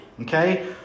Okay